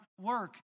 work